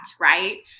right